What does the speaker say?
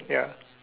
ya